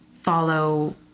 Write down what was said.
follow